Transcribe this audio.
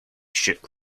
shook